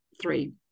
three